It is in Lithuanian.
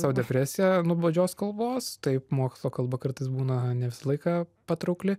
sau depresiją nuobodžios kalbos taip mokslo kalba kartais būna ne visą laiką patraukli